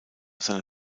seine